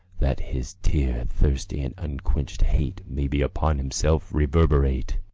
that his tear-thirsty and unquenched hate may be upon himself reverberate!